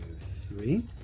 three